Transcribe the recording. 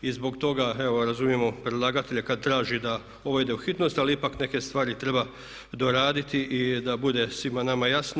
I zbog toga evo razumijemo predlagatelja kad traži da ovo ide u hitnost ali ipak neke stvari treba doraditi i da bude svima nama jasno.